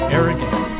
Arrogant